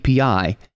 API